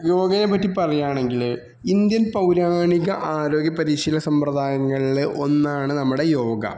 യോഗയെപ്പറ്റി പറയാണെങ്കിൽ ഇന്ത്യൻ പൗരാണിക ആരോഗ്യ പരിശീലന സമ്പ്രദായങ്ങളിലെ ഒന്നാണ് നമ്മുടെ യോഗ